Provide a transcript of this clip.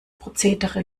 prozedere